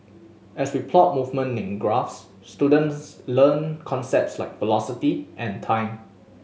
as we plot movement in graphs students learn concepts like velocity and time